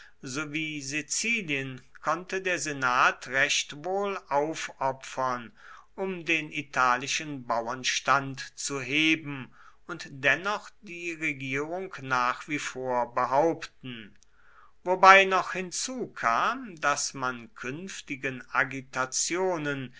sizilien konnte der senat recht wohl aufopfern um den italischen bauernstand zu heben und dennoch die regierung nach wie vor behaupten wobei noch hinzukam daß man künftigen agitationen